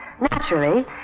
Naturally